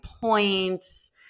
points